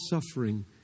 suffering